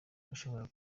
ushobora